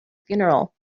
funeral